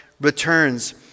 returns